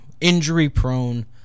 injury-prone